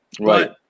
Right